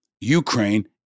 Ukraine